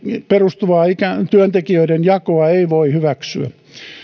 perustuvaa työntekijöiden jakoa ei voi hyväksyä